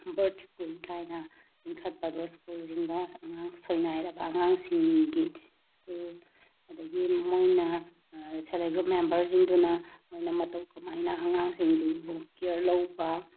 birds school ꯀꯥꯏꯅ ꯂꯤꯡꯈꯠꯄꯗꯣ ꯁ꯭ꯀꯨꯜꯁꯤꯡꯗꯣ ꯑꯉꯥꯡ ꯁꯣꯏꯅꯥꯏꯔꯕ ꯑꯉꯥꯡꯁꯤꯡꯒꯤ ꯁ꯭ꯀꯨꯜ ꯑꯗꯒꯤ ꯃꯣꯏꯅ ꯁꯦꯜꯐ ꯍꯦꯜꯞ ꯒꯔꯨꯞ ꯃꯦꯝꯕꯔꯁꯤꯡꯗꯨꯅ ꯃꯣꯏꯅ ꯃꯇꯧ ꯀꯃꯥꯏꯅ ꯑꯉꯥꯡꯁꯤꯡꯗꯨꯕꯨ ꯀꯤꯌꯔ ꯂꯧꯕ